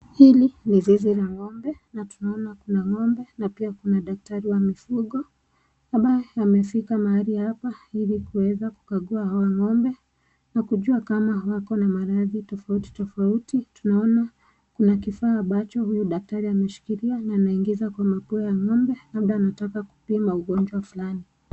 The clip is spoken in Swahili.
Hili ni zizi la ngombe tunaona kuna ngombe na pia kuna datrari wa mifugo ambaye amefika mahali hapa ilikuweza kukagua hawa ngombe, nakujua kama wako na maradhi tofauti tofauti. Tunaona kuna kifaa ambacho huyu daktari anashikila na anaingiza kwenye poa wa ngombe, labda anataka kupima ugonjwa fulani.